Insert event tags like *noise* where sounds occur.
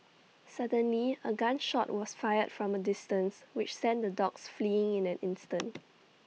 suddenly A gun shot was fired from A distance which sent the dogs fleeing in an instant *noise*